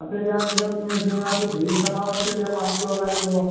দিয়াৰ পিছত চুঙাটো ধুই চাফা কৰি থৈ দিয়া পানীটো